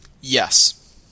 Yes